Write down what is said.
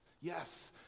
Yes